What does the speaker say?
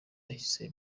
kahise